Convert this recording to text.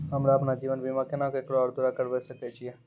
हमरा आपन जीवन बीमा केना और केकरो द्वारा करबै सकै छिये?